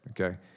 okay